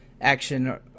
action